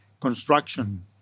construction